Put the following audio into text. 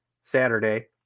Saturday